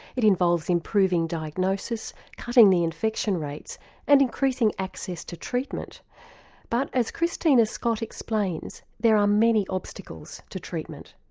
it involves improving diagnosis, cutting the infection rates and increasing access to treatment but as christina scott explains there are many obstacles to treatment.